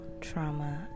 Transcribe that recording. trauma